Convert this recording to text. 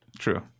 true